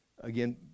again